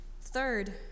Third